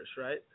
right